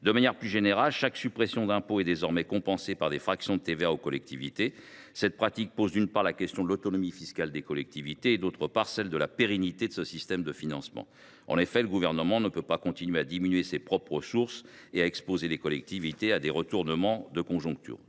De manière plus générale, chaque suppression d’impôt est désormais compensée par le versement d’une fraction du produit de la TVA aux collectivités territoriales. Cette pratique pose, d’une part, la question de l’autonomie fiscale de ces dernières et, d’autre part, celle de la pérennité de ce système de financement. En effet, le Gouvernement ne peut pas continuer à diminuer ses propres ressources et à exposer les collectivités territoriales à des retournements de conjoncture.